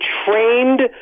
trained